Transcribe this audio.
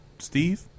Steve